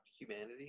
humanity